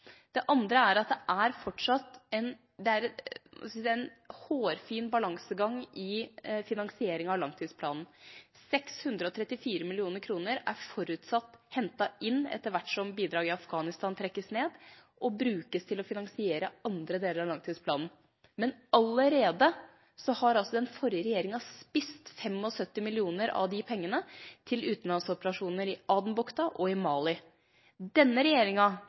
Det andre er at det fortsatt er en hårfin balansegang i finansieringen av langtidsplanen: 634 mill. kr er forutsatt hentet inn etter hvert som bidraget i Afghanistan trekkes ned, og brukes til å finansiere andre deler av langtidsplanen. Men den forrige regjeringa har altså allerede «spist» 75 mill. kr av de pengene til utenlandsoperasjoner i Adenbukta og i Mali. Denne regjeringa